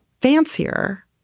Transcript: fancier